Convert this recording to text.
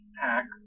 pack